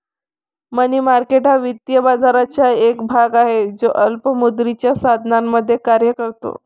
मनी market हा वित्तीय बाजाराचा एक भाग आहे जो अल्प मुदतीच्या साधनांमध्ये कार्य करतो